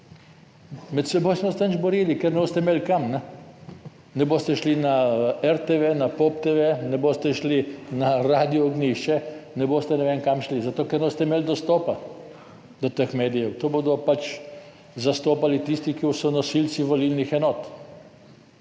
Med seboj se ne boste nič borili, ker ne boste imeli kam, ne boste šli na RTV, na POP TV, ne boste šli na Radio Ognjišče ne boste ne vem kam šli, zato ker ne boste imeli dostopa do teh medijev, to bodo zastopali tisti, ki so nosilci volilnih enot.